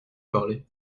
parler